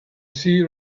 see